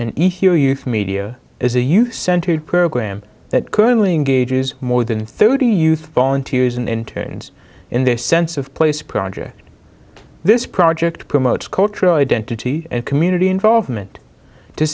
for media as a youth centered program that curling gauges more than thirty youth for interiors and interns and their sense of place project this project promotes cultural identity and community involvement to